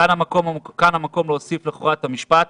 כאן המקום להוסיף לכאורה את המשפט